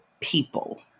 people